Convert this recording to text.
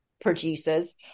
producers